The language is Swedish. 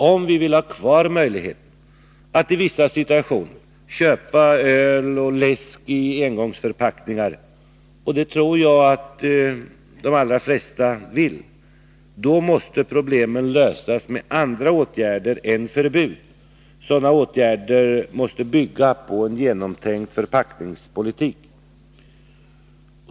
Om vi vill ha kvar möjligheten att i vissa situationer köpa öl och läsk i engångsförpackningar — det tror jag att de allra flesta vill — måste problemen lösas med andra åtgärder än med förbud. Sådana åtgärder måste bygga på en genomtänkt förpackningspolitik.